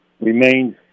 remains